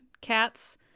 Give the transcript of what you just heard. cats